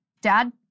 Dad